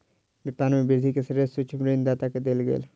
व्यापार में वृद्धि के श्रेय सूक्ष्म ऋण दाता के देल गेल